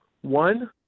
One